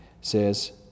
says